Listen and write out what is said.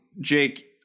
Jake